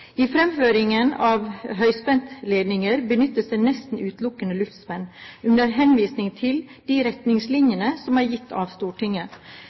I fremføringen av høyspentledninger benyttes det nesten utelukkende luftspenn, under henvisning til de retningslinjene som er gitt av Stortinget.